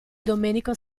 domenico